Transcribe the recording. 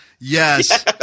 Yes